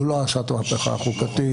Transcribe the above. הוא לא עשה את המהפכה החוקתית.